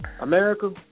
America